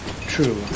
true